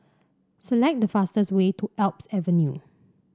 select the fastest way to Alps Avenue